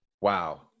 Wow